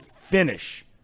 finish